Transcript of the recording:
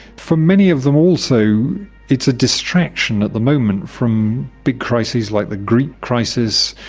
for many of them also it's a distraction at the moment from big crises like the greek crisis,